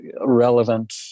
relevant